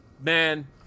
Man